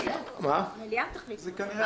המליאה תחליט.